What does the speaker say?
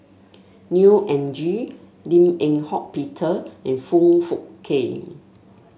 Neo Anngee Lim Eng Hock Peter and Foong Fook Kay